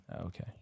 Okay